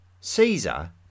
Caesar